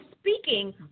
speaking